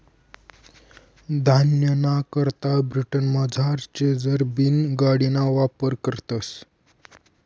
धान्यना करता ब्रिटनमझार चेसर बीन गाडिना वापर करतस